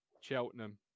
Cheltenham